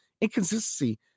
Inconsistency